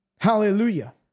Hallelujah